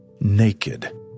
naked